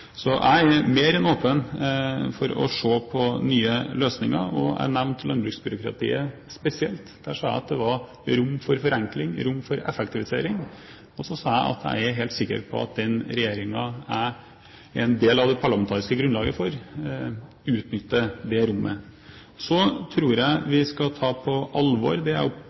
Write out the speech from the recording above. Så jeg er mer enn åpen for å se på nye løsninger. Jeg nevnte landbruksbyråkratiet spesielt. Der sa jeg at det var rom for forenkling, rom for effektivisering, og så sa jeg at jeg er helt sikker på at den regjeringen jeg er en del av det parlamentariske grunnlaget for, utnytter det rommet. Så tror jeg vi skal ta på alvor det jeg